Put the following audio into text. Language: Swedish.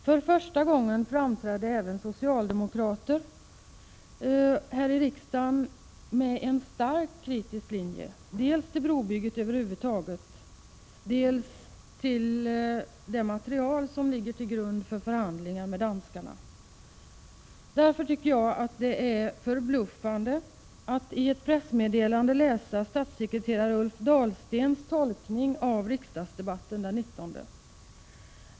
För första gången framträdde då även socialdemokrater här i riksdagen med en starkt kritisk linje dels till brobygget, dels till det material som ligger till grund för förhandlingar med danskarna. Därför tycker jag att det är förbluffande att i ett pressmeddelande läsa statssekreterare Ulf Dahlstens tolkning av riksdagsdebatten den 19.